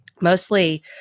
Mostly